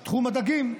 בתחום הדגים,